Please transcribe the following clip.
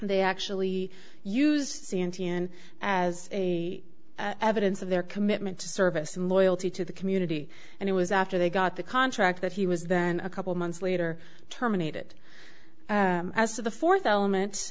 they actually used santa in as a evidence of their commitment to service and loyalty to the community and it was after they got the contract that he was then a couple months later terminated as of the fourth element